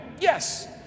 yes